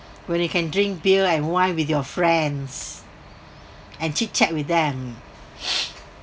when you can drink beer and wine with your friends and chit chat with them